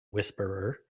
whisperer